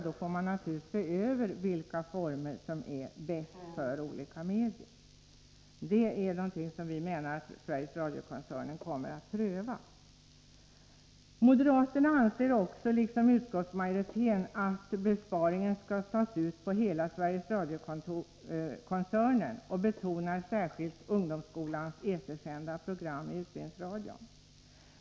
Då får man naturligtvis undersöka vilka former som är bäst för olika medier. Det är någonting som vi menar att Sveriges Radio-koncernen kommer att pröva. Moderaterna anser, liksom utskottsmajoriteten, att besparingen skall tas ut på hela Sveriges Radio-koncernen och betonar särskilt betydelsen av ungdomsskolans etersända program i utbildningsradion.